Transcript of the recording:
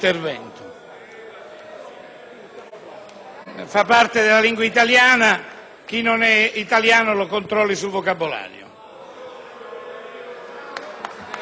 Fa parte della lingua italiana: chi non è italiano lo controlli sul vocabolario.